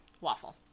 Waffle